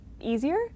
easier